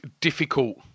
difficult